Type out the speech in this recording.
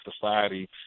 society